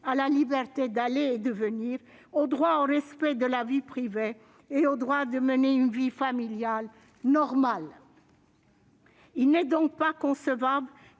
à la liberté d'aller et de venir, au droit au respect de la vie privée et au droit de mener une vie familiale normale d'une manière